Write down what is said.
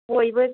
बयबो